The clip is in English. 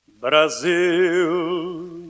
Brazil